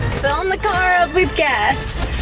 filling the car up with gas.